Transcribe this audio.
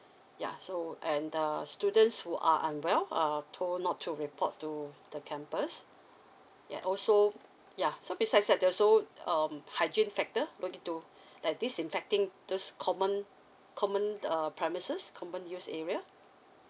ya so and the students who are unwell uh told not to report to the campus ya also ya so besides that there's also um hygiene factor looking to like disinfecting those common common uh premises common used area